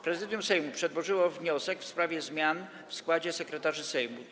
Prezydium Sejmu przedłożyło wniosek w sprawie zmian w składzie sekretarzy Sejmu.